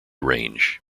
range